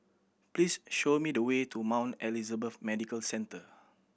please show me the way to Mount Elizabeth Medical Centre